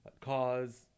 cause